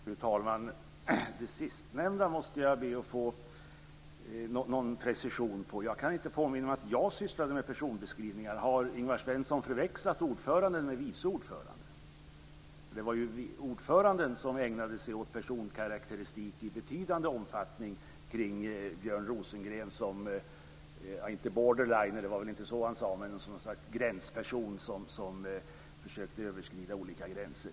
Fru talman! Det sistnämnda måste jag be att få någon precision av. Jag kan inte påminna mig att jag sysslade med personbeskrivningar. Har Ingvar Svensson förväxlat ordföranden med vice ordföranden? Det var ju ordföranden som ägnade sig åt personkarakteristik i betydande omfattning kring Björn Rosengren som om inte border liner - det var väl inte så han sade - ändå något slags gränsperson som försökte överskrida olika gränser.